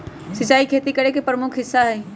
सिंचाई खेती करे के प्रमुख हिस्सा हई